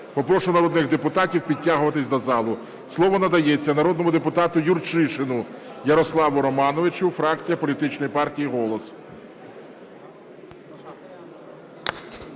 Попрошу народних депутатів підтягуватися до залу. Слово надається народному депутату Юрчишину Ярославу Романовичу, фракція політичної партії "Голос".